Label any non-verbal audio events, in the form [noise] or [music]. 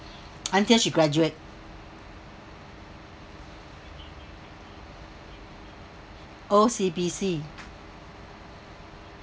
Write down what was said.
[noise] until she graduate O_C_B_C